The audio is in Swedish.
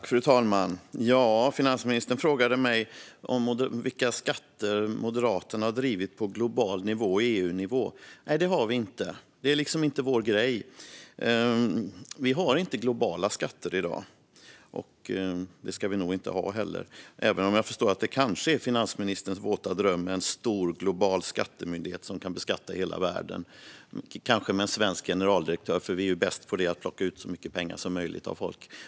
Fru talman! Finansministern frågade mig vilka skatter Moderaterna har drivit på global nivå och EU-nivå. Det har vi inte gjort. Det är inte vår grej. Vi har inte globala skatter i dag. Det ska vi nog inte ha heller, även om jag förstår att en stor global skattemyndighet som kan beskatta hela världen kanske är finansministerns våta dröm. Kanske skulle det vara en svensk generaldirektör. Vi är ju bäst på att plocka ut så mycket pengar som möjligt av folk.